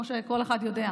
כמו שכל אחד יודע.